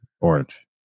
orange